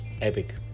epic